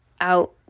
out